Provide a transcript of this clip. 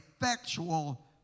effectual